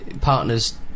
partner's